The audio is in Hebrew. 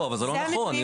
אבל זה לא נכון.